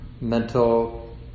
mental